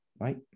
right